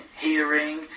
hearing